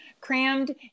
crammed